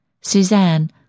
Suzanne